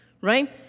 right